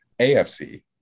AFC